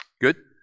good